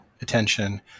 attention